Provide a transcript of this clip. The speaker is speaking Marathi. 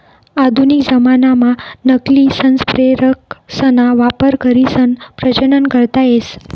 आधुनिक जमानाम्हा नकली संप्रेरकसना वापर करीसन प्रजनन करता येस